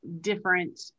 different